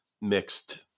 mixed